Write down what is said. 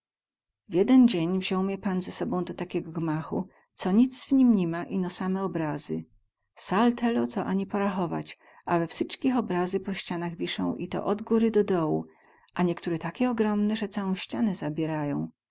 jeden dzień wziął mie pan ze sobą do takiego gmachu co nic w nim ni ma ino same obrazy sal telo co ani porachować a we wsyćkich obrazy po ścianach wisą i to od góry do dołu a niektore takie ogromne ze całą ścianę zabierają